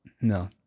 No